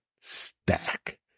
stack